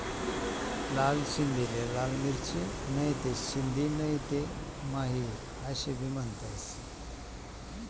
लाल सिंधीले लाल मिरची, नहीते सिंधी नहीते माही आशे भी म्हनतंस